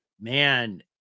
man